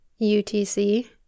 UTC